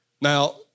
Now